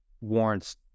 warrants